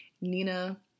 Nina